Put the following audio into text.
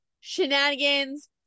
Shenanigans